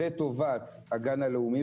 לטובת הגן הלאומי,